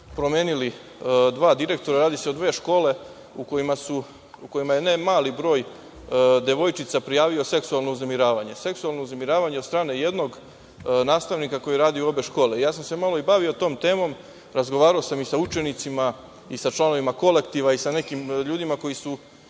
promenili dva direktora. Radi se o dve škole u kojima je ne mali broj devojčica prijavio seksualno uznemiravanje od strane jednog nastavnika koji radi u obe škole. Ja sam se malo i bavio tom temom, razgovarao sam i sa učenicima i sa članovima kolektiva, i sa nekim ljudima koji su